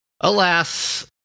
Alas